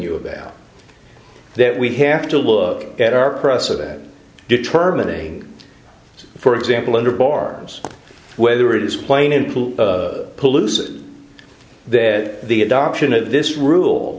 you about that we have to look at our precedents determining for example under bar whether it's playing in pool pollution they're the adoption of this rule